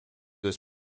was